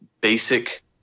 basic